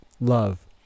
love